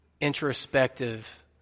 introspective